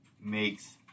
makes